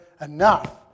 enough